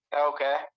Okay